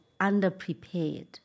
underprepared